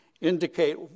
indicate